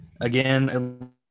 Again